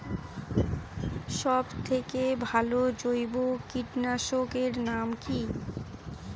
সব থেকে ভালো জৈব কীটনাশক এর নাম কি?